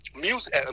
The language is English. music